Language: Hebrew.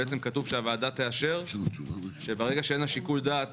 כתוב שהוועדה תאשר, ברגע שאין לה שיקול דעת